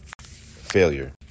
failure